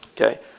Okay